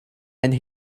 and